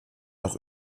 noch